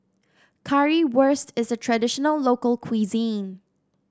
currywurst is a traditional local cuisine